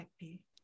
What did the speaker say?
happy